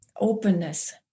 openness